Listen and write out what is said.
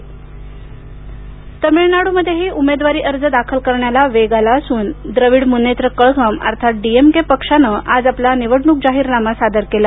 तामिळनाड् तमिळनाडूमध्येही उमेदवारी अर्ज दाखल करण्याला वेग आला असून द्रविड मुनेत्र कळघम अर्थात डीएमके पक्षानं आज आपला निवडणूक जाहीरनामा सादर केला